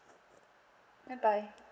bye bye